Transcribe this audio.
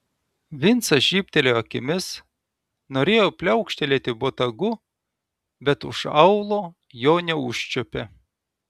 vincas žybtelėjo akimis norėjo pliaukštelėti botagu bet už aulo jo neužčiuopė